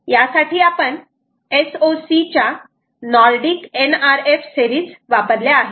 यासाठी आपण SoC च्या Nordic nrf सेरीज वापरल्या आहेत